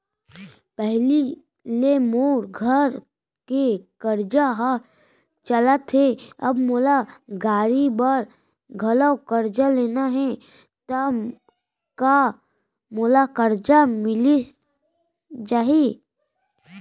पहिली ले मोर घर के करजा ह चलत हे, अब मोला गाड़ी बर घलव करजा लेना हे ता का मोला करजा मिलिस जाही?